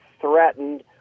threatened